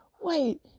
Wait